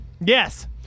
yes